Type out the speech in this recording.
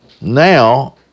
now